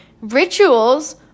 Rituals